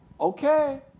Okay